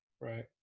Right